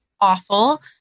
awful